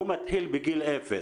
הוא מתחיל בגיל אפס.